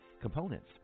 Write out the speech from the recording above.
Components